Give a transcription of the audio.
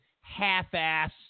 half-ass